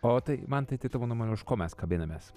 o tai mantai tavo nuomone už ko mes kabinamės